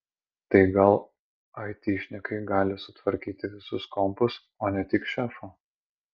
tai gal aitišnikai gali sutvarkyti visus kompus o ne tik šefo